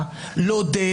לא הכירו בי,